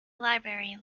library